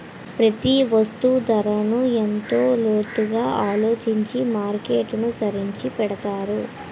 ప్రతి వస్తువు ధరను ఎంతో లోతుగా ఆలోచించి మార్కెట్ననుసరించి పెడతారు